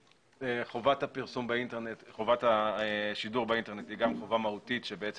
חובת השידור באינטרנט היא חובה מהותית בעצם